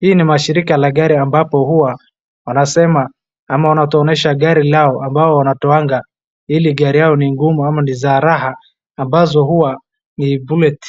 hii ni mashirika la gari ambapo huwa wanasema ama watuonyesha gari lao ambalo wanatoanga ili gari yao ni ngumu ama ni za raha ambazo huwa ni bullet proof .